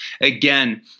Again